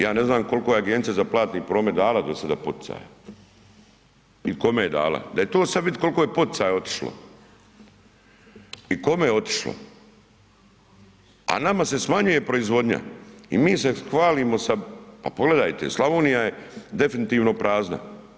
Ja ne znam koliko je Agencija za platni promet dala do sada poticaja i kome je dala, da je to sad vidjeti koliko je poticaja otišlo i kome je otišlo, a nama se smanjuje proizvodnja i mi se hvalimo sa, pa pogledajte, Slavonija je definitivno prazna.